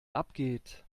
abgeht